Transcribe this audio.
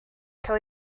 cael